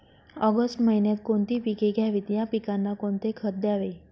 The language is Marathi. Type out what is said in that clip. ऑगस्ट महिन्यात कोणती पिके घ्यावीत? या पिकांना कोणते खत द्यावे?